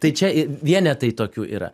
tai čia vienetai tokių yra